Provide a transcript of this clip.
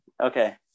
Okay